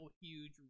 huge